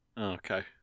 Okay